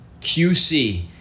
QC